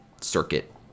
circuit